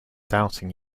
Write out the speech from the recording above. doubting